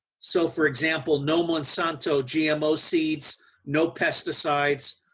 so, for example no monsanto gmo seeds no pesticides.